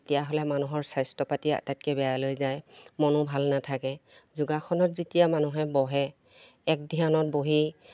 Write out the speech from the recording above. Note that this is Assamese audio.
তেতিয়াহ'লে মানুহৰ স্বাস্থ্য পাতি আটাইতকে বেয়া লৈ যায় মনো ভাল নাথাকে যোগাসনত যেতিয়া মানুহে বহে এক ধ্যানত বহি